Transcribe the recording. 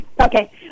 Okay